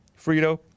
Frito